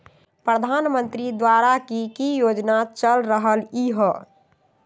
प्रधानमंत्री द्वारा की की योजना चल रहलई ह?